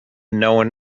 known